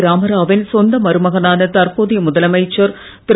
ராமராவின் சொந்த மருமகனான தற்போதைய முதலமைச்சர் திரு